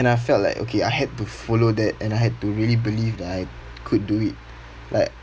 and I felt like okay I had to follow that and I had to really believed that I could do it like